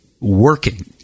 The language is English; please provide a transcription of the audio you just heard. working